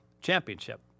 championship